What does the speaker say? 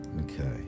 Okay